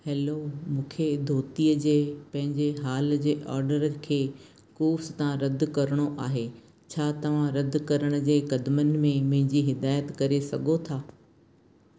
hello मूंखे धोतीअ जे पंहिंजे हाल जे ऑडर खे कूव्स तव्हां रदि करिणो आहे छा तव्हां रदि करण जे क़दमनि में मुंहिंजी हिदायत करे सघो था